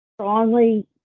strongly